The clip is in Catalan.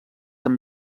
amb